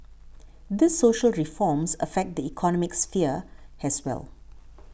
these social reforms affect the economic sphere as well